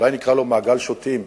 אולי נקרא לו מעגל שוטים,